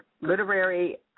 literary